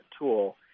tool